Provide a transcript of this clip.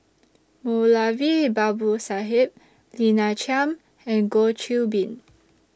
Moulavi Babu Sahib Lina Chiam and Goh Qiu Bin